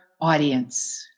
audience